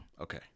Okay